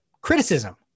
criticism